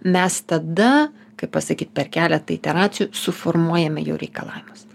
mes tada kaip pasakyt per keletą iteracijų suformuojame jau reikalavimus